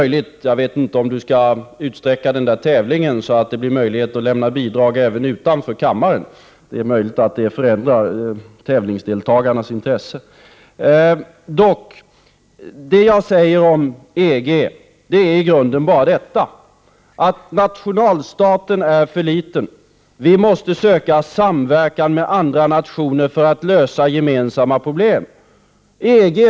Jag vet inte om hon skall utsträcka den där tävlingen så att det blir möjligt att lämna bidrag även utanför kammaren — det är möjligt att det förändrar tävlingsdeltagarnas intresse. Det jag säger om EG är i grunden bara detta: Nationalstaten är för liten. Vi måste söka samverkan med andra nationer för att lösa gemensamma problem.